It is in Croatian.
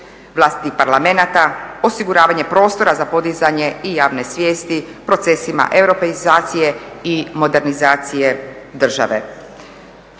vlastitih parlamenata, osiguravanje prostora za podizanje i javne svijesti procesima europeizacije i modernizacije države.